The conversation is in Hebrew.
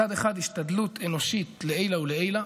מצד אחד, השתדלות אנושית לעילא ולעילא,